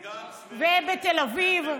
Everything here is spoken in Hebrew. את גנץ ואת מנדלבלוף.